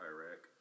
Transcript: Iraq